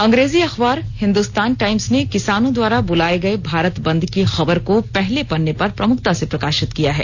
अंग्रेजी अखबार हिंदुस्तान टाइम्स ने किसानों द्वारा बुलाये गए भारत बंद की खबर को पहले पन्ने पर प्रमुखता से प्रकाशित किया है